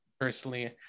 personally